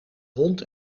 hond